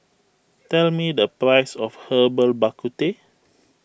tell me the price of Herbal Bak Ku Teh